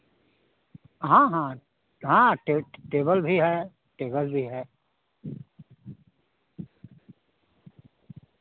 हाँ हाँ हाँ टेबल भी है टेबल भी है